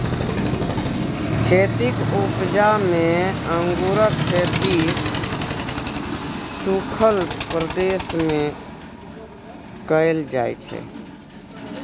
खेतीक उपजा मे अंगुरक खेती सुखल प्रदेश मे कएल जाइ छै